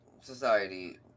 society